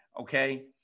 okay